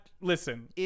Listen